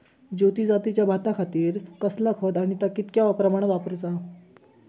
ज्योती जातीच्या भाताखातीर कसला खत आणि ता कितक्या प्रमाणात वापराचा?